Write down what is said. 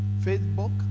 Facebook